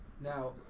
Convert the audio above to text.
Now